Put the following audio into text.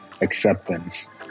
acceptance